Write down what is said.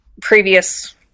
previous